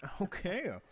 Okay